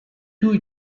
two